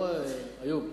לא, איוב?